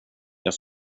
jag